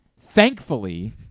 Thankfully